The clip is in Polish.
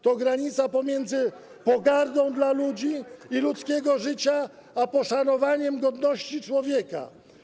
To granica pomiędzy pogardą dla ludzi i ludzkiego życia a poszanowaniem godności człowieka.